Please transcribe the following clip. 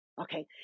Okay